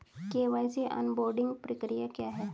KYC onboarding प्रक्रिया क्या है?